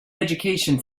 education